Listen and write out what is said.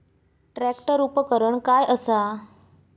Tractor उपकरण काय असा?